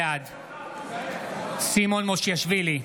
בעד סימון מושיאשוילי,